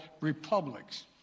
republics